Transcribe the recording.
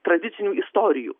tradicinių istorijų